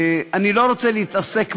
אני לא רוצה להתעסק מעבר,